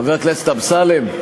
חבר הכנסת אמסלם,